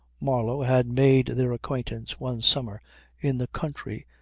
marlow had made their acquaintance one summer in the country,